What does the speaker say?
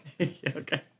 Okay